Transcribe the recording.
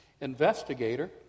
investigator